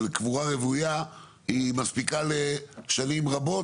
קבורה רוויה היא מספיקה לשנים רבות,